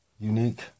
unique